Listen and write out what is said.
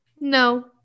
No